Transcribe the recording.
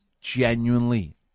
genuinely